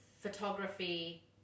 photography